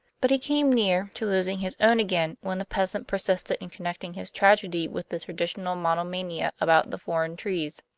but he came near to losing his own again when the peasant persisted in connecting his tragedy with the traditional monomania about the foreign trees.